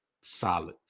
solid